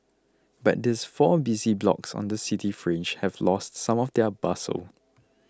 but these four busy blocks on the city fringe have lost some of their bustle